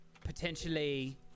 potentially